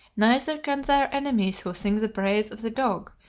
neither can their enemies who sing the praise of the dog,